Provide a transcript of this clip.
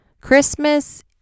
Christmas